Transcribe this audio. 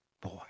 Boy